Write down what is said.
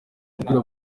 kubwira